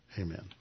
Amen